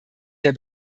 der